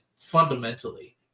fundamentally